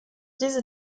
diese